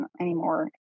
anymore